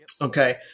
Okay